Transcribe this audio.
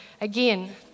again